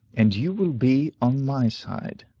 and you will be on my side.